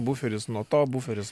buferis nuo to buferis